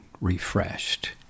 refreshed